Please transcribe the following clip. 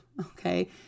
okay